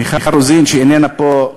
מיכל רוזין, שאיננה פה,